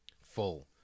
full